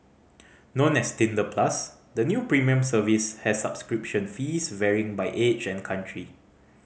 known as Tinder Plus the new premium service has subscription fees varying by age and country